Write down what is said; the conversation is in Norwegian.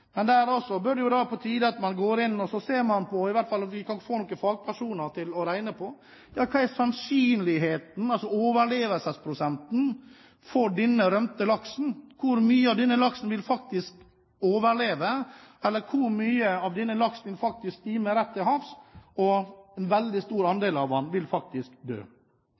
Det er derfor på tide at vi får noen fagpersoner til å regne ut overlevelsesprosenten for denne rømte laksen – hvor mange av disse laksene vil faktisk overleve, og hvor mange vil stime rett til havs? En veldig stor andel av dem vil faktisk dø.